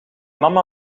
mama